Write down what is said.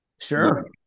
Sure